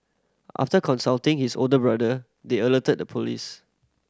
after consulting his older brother they alerted the police